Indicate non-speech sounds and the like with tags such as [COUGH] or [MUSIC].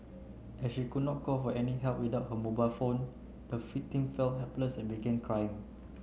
as she could not call for any help without her mobile phone the [UNINTELLIGIBLE] felt helpless and began crying